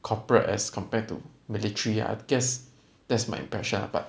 corporate as compared to military I guess that's my impression lah but